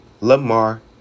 Lamar